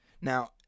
Now